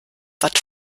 watt